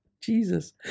Jesus